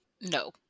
No